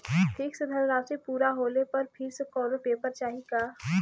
Fix धनराशी पूरा होले पर फिर से कौनो पेपर चाही का?